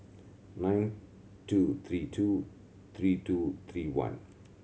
nine two three two three two three one